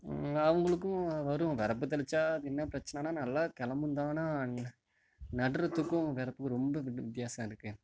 அவங்களுக்கும் வரும் வரப்பு தெளித்தா என்னா பிரச்சினைனா நல்லா கிளம்பும்தான் ஆனால் நடுறதுக்கும் வரப்புக்கும் ரொம்ப வித்தியாசம் இருக்குது